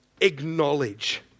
acknowledge